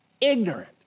ignorant